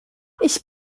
ich